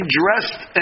dressed